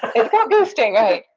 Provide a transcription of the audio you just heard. it's called ghosting, right.